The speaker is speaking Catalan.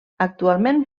actualment